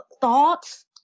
thoughts